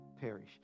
perish